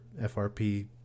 FRP